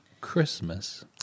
Christmas